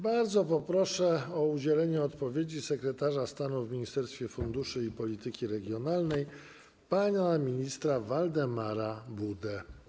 Bardzo proszę o udzielenie odpowiedzi sekretarza stanu w Ministerstwie Funduszy i Polityki Regionalnej pana ministra Waldemara Budę.